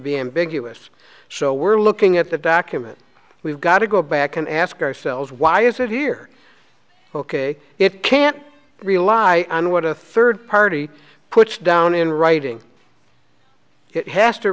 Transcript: be ambiguous so we're looking at the documents we've got to go back and ask ourselves why is it here ok it can't rely on what a third party puts down in writing it has to